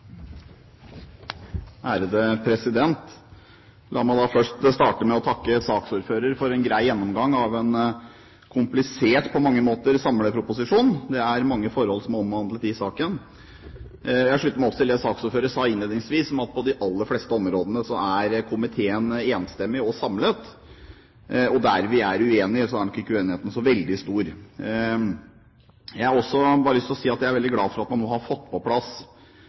La meg starte med å takke saksordføreren for en grei gjennomgang av en på mange måter komplisert samleproposisjon. Det er mange forhold som er omhandlet i saken. Jeg slutter meg også til det saksordføreren sa innledningsvis, at på de aller fleste områdene er komiteen enstemmig og samlet, og der vi er uenige, er nok ikke uenigheten så veldig stor. Jeg har også bare lyst til å si at jeg er veldig glad for at man nå har fått på plass